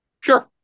Sure